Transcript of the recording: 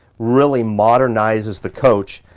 really modernizes the coach.